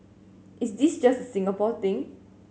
is this just a Singapore thing